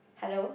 hello